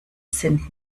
sind